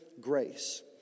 grace